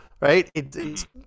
right